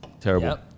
Terrible